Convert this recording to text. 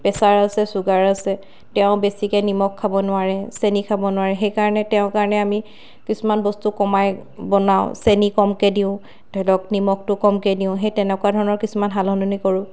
pressure আছে sugar আছে তেওঁ বেছিকৈ নিমখ খাব নোৱাৰে চেনি খাব নোৱাৰে সেইকাৰণে তেওঁৰ কাৰণে আমি কিছুমান বস্তু কমাই বনাওঁ চেনি কমকৈ দিওঁ ধৰি লওক নিমখটো কমকৈ দিওঁ সেই তেনেকুৱা ধৰণৰ কিছুমান সাল সলনি কৰোঁ